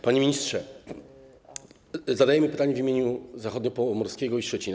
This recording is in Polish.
Panie ministrze, zadajemy pytanie w imieniu zachodniopomorskiego i Szczecina.